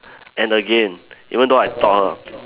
and again even though I taught her